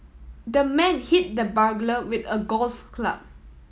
the man hit the burglar with a golf club